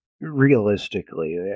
realistically